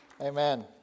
Amen